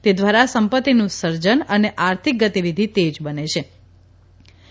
તે દ્વારા સંપતિનુ સર્જન અને આર્થિક ગતિવિધિ તેજ બનેછે